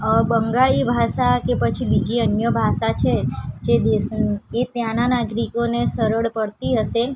અ બંગાળી ભાષા કે પછી બીજી અન્ય ભાષા છે જે દેશની એ ત્યાનાં નાગરિકોને સરળ પડતી હશે